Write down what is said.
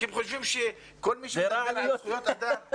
הם חושבים שכל מי שמדבר על זכויות אדם,